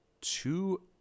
two